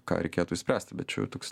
ką reikėtų išspręsti bet čia jau toks